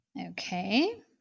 Okay